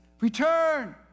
return